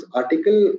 article